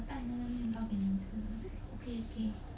okay okay